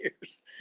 years